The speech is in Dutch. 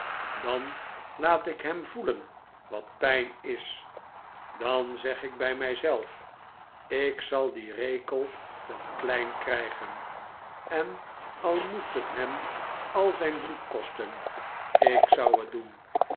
dan laat ik hem voelen wat pijn is dan zeg ik bij mij zelf ik zal dien rekel wel klein krijgen en al moest het hem al zijn bloed kosten ik zou het doen